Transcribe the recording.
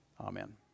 Amen